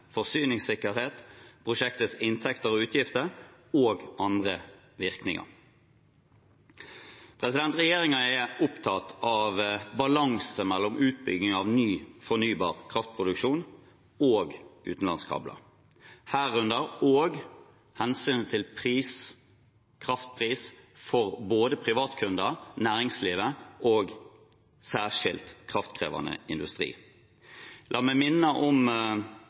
forsyningssikkerhet, prosjektets inntekter og utgifter og andre virkninger. Regjeringen er opptatt av balanse mellom utbygging av ny fornybar kraftproduksjon og utenlandskabler, herunder også hensynet til pris, kraftpris, for både privatkunder, næringslivet og særskilt kraftkrevende industri. La meg minne om